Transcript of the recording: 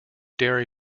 dairy